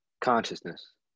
consciousness